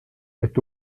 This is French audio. est